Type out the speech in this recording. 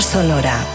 Sonora